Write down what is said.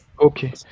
Okay